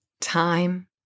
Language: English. Time